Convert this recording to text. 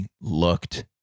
looked